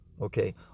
Okay